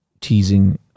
teasing